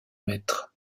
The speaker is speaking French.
mètres